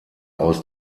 aus